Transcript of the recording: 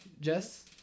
Jess